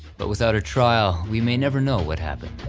but without a trial we may never know what happened.